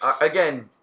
again